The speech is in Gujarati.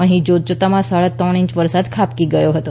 અહી જોતજોતામાં સાડા ત્રણ ઇંચ વરસાદ ખાબકી ગયો હતો